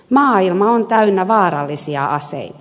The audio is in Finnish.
maailma on täynnä vaarallisia aseita